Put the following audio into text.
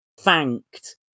thanked